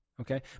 Okay